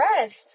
rest